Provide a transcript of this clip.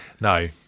No